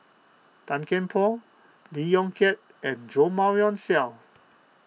Tan Kian Por Lee Yong Kiat and Jo Marion Seow